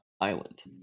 Island